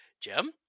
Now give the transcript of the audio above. Jim